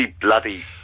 bloody